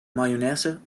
mayonaise